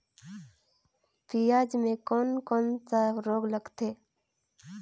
पियाज मे कोन कोन सा रोग लगथे?